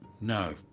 No